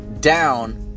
down